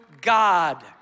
God